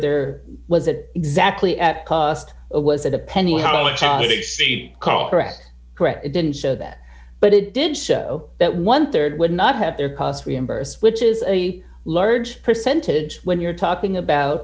there was it exactly at cost or was it a penny call correct it didn't show that but it did show that one rd would not have their costs reimbursed which is a large percentage when you're talking about